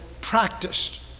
practiced